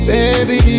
Baby